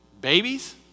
Babies